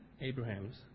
Abraham's